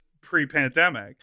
pre-pandemic